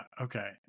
Okay